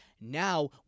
Now